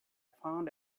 found